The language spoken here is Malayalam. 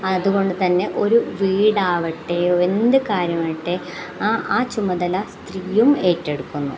അതുകൊണ്ട് തന്നെ ഒരു വീടാവട്ടെ എന്ത് കാര്യമാകട്ടെ ആ ആ ചുമതല സ്ത്രീയും ഏറ്റെടുക്കുന്നു